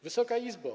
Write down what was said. Wysoka Izbo!